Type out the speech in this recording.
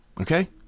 Okay